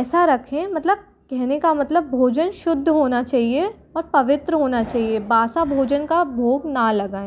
ऐसा रखें मतलब कहने का मतलब भोजन शुद्ध होना चाहिए और पवित्र होना चाहिए बासी भोजन का भोग ना लगाएं